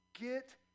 get